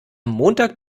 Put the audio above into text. montag